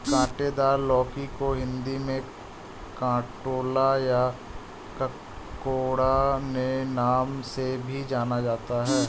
काँटेदार लौकी को हिंदी में कंटोला या ककोड़ा के नाम से भी जाना जाता है